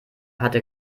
hatte